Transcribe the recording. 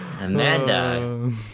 Amanda